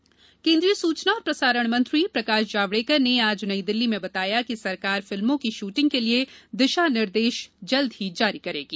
जावडेकर बयान केन्द्रीय सूचना और प्रसारण मंत्री प्रकाश जावड़ेकर ने आज नई दिल्ली में बताया कि सरकार फिल्मों की शूटिंग के लिए दिशा निर्देश जल्द ही जारी करेगी